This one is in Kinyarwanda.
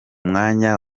mwanya